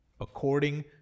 according